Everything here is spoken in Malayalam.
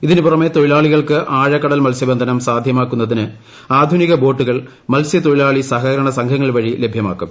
ഇതിന് പുറമേ തൊഴിലാളികൾക്ക് ആഴക്കടൽ മത്സ്യബന്ധുന്നു സാധ്യമാക്കുന്നതിന് ആധുനിക ബോട്ടുകൾ മത്സ്യത്തൊഴിലാളി സഹകരണസംഘങ്ങൾ വഴി ലഭ്യമാക്കും